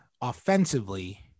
offensively